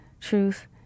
truth